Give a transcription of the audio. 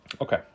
Okay